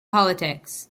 politics